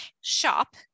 shop